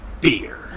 beer